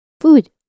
Food